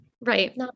Right